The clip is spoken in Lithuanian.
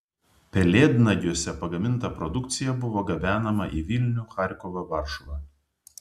pelėdnagiuose pagaminta produkcija buvo gabenama į vilnių charkovą varšuvą